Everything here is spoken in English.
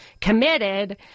committed